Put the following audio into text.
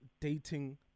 dating